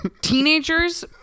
Teenagers